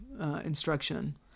instruction